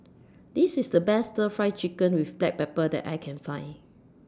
This IS The Best Stir Fry Chicken with Black Pepper that I Can Find